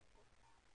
טכנולוגי.